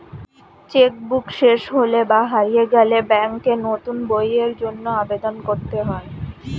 check book শেষ হলে বা হারিয়ে গেলে ব্যাঙ্কে নতুন বইয়ের জন্য আবেদন করতে হয়